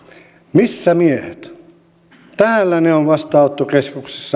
missä miehet täällä ne ovat vastaanottokeskuksessa